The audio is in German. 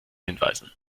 hinweisen